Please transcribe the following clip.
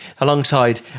alongside